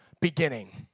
beginning